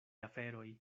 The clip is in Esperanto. aferoj